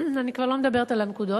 אני כבר לא מדברת על הנקודות,